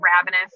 ravenous